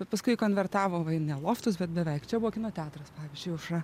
bet paskui jį konvertavo va į ne loftus bet beveik čia buvo kino teatras pavyzdžiui aušra